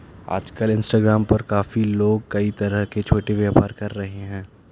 आजकल इंस्टाग्राम पर काफी लोग कई तरह के छोटे व्यापार कर रहे हैं